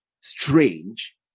strange